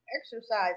exercise